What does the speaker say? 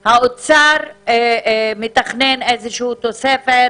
אני יודעת שהאוצר מתכנן איזו שהיא תוספת,